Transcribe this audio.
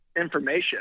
information